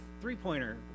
three-pointer